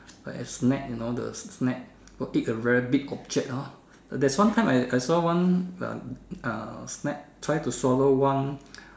a snake you know the snake will eat a very big object hor there's one time I I saw one uh uh snake try to swallow one